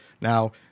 Now